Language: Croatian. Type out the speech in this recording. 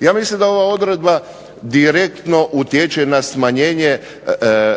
Ja mislim da ova odredba direktno utječe na smanjenje